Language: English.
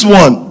one